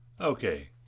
Okay